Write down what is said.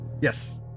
yes